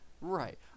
Right